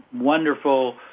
wonderful